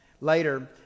Later